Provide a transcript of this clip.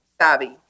Savvy